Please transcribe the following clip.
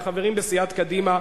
וחברים בסיעת קדימה,